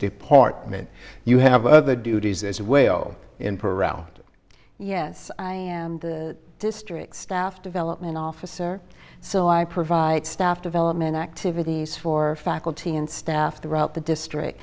department you have other duties as a way oh yes i am the district staff development officer so i provide staff development activities for faculty and staff the route the district